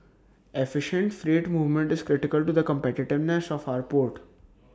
efficient freight movement is critical to the competitiveness of our port